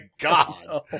God